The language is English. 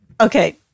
Okay